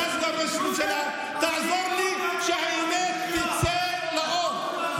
אתה סגן ראש הממשלה, תעזור לי שהאמת תצא לאור.